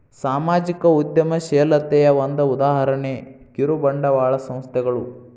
ಸಾಮಾಜಿಕ ಉದ್ಯಮಶೇಲತೆಯ ಒಂದ ಉದಾಹರಣೆ ಕಿರುಬಂಡವಾಳ ಸಂಸ್ಥೆಗಳು